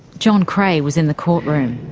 john krey was in the courtroom.